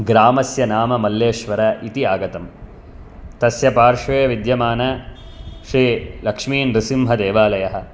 ग्रामस्य नाम मल्लेश्वर इति आगतं तस्य पार्श्वे विद्यमानः श्रीलक्ष्मीनृसिंहदेवालयः